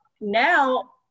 now